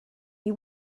you